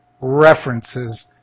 references